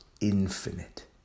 infinite